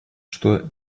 что